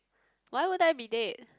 why would I be dead